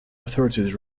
authorities